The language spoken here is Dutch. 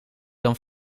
dan